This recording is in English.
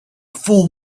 fool